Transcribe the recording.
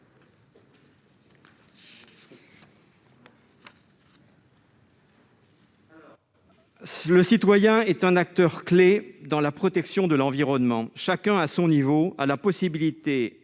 Le citoyen est un acteur clé dans la protection de l'environnement. Chacun, à son niveau, a la possibilité,